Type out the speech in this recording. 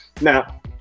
Now